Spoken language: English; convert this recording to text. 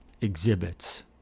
exhibits